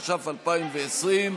התש"ף 2020,